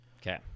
Okay